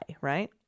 right